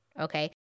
okay